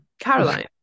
Caroline